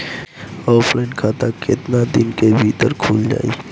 Offline खाता केतना दिन के भीतर खुल जाई?